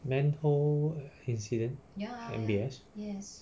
manhole incident at M_B_S